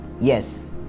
Yes